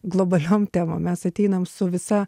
globaliom temom mes ateinam su visa